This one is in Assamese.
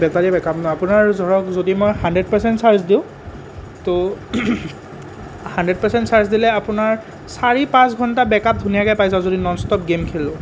বেটাৰী বেক আপ ন আপোনাৰ ধৰক যদি মই হাণ্ড্ৰেড পাৰচেণ্ট চাৰ্জ দিওঁ তো হাণ্ড্ৰেড পাৰচেণ্ট চাৰ্জ দিলে আপোনাৰ চাৰি পাঁচ ঘণ্টা বেক আপ ধুনীয়াকৈ পাই যাওঁ যদি নন ষ্টপ গেম খেলোঁ